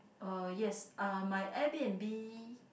uh yes uh my Airbnb